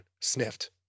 sniffed